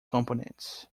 components